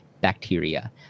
bacteria